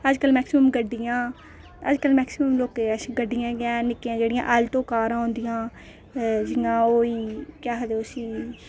अजकल मैक्सीमम गड्डियां अजकल मैक्सीमम लोकें कश गड्डियां गै हैन निक्कियां निक्कियां जेहड़ियां आलटो कारां होंदियां जां जि'यां ओह् होई केह् आखदे उसी